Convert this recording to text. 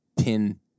pin